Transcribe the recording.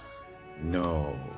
no!